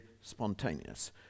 spontaneous